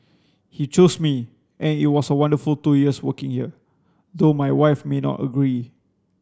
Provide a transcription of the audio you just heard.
he chose me and it was a wonderful two years working here though my wife may not agree